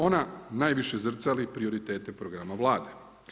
Ona najviše zrcali prioriteta programa Vladi.